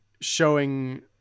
showing